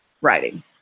writing